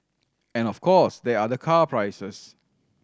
and of course there are the car prices